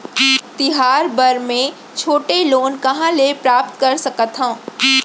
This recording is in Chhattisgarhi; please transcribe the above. तिहार बर मै छोटे लोन कहाँ ले प्राप्त कर सकत हव?